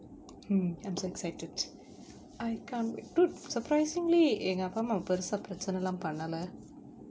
hmm I'm so excited I can't wa~ dude surprisingly எங்க அப்பா அம்மா பெருசா பிரச்சன எல்லாம் பன்னல:enga appa amma perusa pirachana ellam pannala